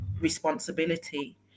responsibility